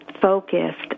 focused